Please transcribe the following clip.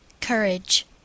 Courage